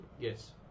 yes